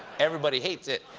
everybody hates it!